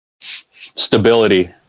stability